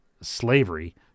slavery